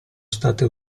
state